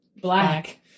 Black